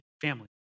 family